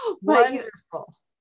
Wonderful